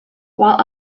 while